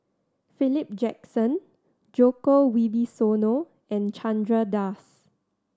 Philip Jackson Djoko Wibisono and Chandra Das